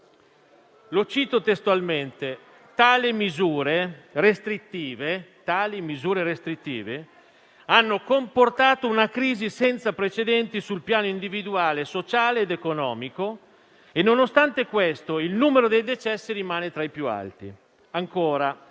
Lo cito testualmente: